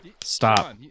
Stop